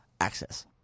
access